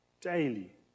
Daily